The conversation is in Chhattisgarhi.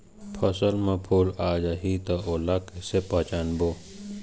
फसल म फूल आ जाही त ओला कइसे पहचानबो?